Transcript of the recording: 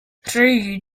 three